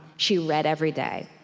she read every day.